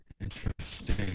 Interesting